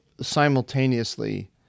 simultaneously